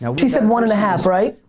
yeah she said one and a half right?